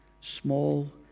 small